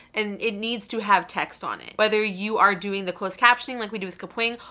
and it needs to have text on it whether you are doing the closed captioning like we do with kapwing,